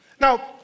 Now